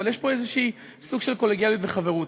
אבל יש פה איזושהי סוג של קולגיאליות וחברות.